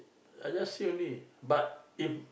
I just see only but if